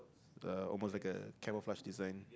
uh almost like a camouflage design